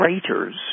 craters